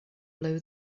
blow